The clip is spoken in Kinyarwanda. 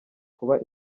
kuba